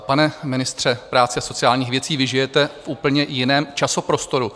Pane ministře práce a sociálních věcí, vy žijete v úplně jiném časoprostoru.